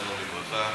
זיכרונו לברכה,